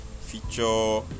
feature